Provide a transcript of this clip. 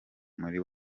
muri